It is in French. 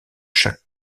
chaque